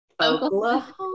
Oklahoma